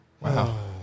Wow